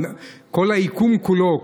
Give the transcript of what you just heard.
וכל היקום כולו,